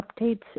updates